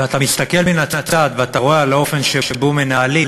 ואתה מסתכל מן הצד ואתה רואה את האופן שבו מנהלים